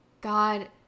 god